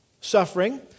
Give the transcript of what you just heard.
suffering